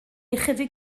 ychydig